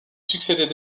succédait